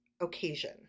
occasion